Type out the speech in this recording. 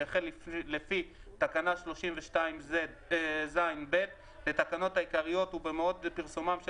שהחל לפי תקנה 32ז(ב) לתקנות העיקריות ובמועד פרסומן של